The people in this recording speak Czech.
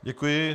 Děkuji.